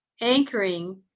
anchoring